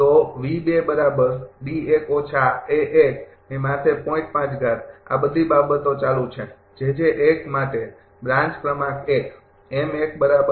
તો આ બધી બાબતો ચાલુ છે માટે બ્રાન્ચ ક્રમાંક ૧ બરાબર